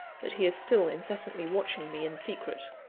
that he is still incessantly watching me in secret?